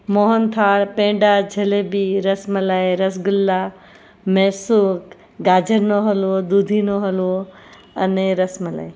મોહનથાળ પેંડા જલેબી રસમલાઈ રસગુલ્લા મૈસૂર ગાજરનો હલવો દૂધીનો હલવો અને રસમલાઈ